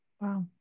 wow